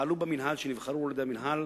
שנבחרו על-ידי המינהל